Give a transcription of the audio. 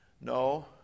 No